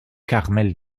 carmel